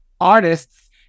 artists